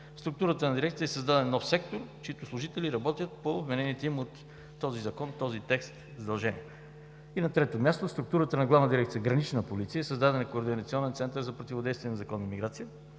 структурата на дирекцията е създаден нов сектор, чиито служители работят по вменените им от този Закон, този текст задължения. И на трето място, в структурата на Главна дирекция „Гранична полиция“ е създаден координационен център за противодействие на незаконната миграция.